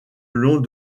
long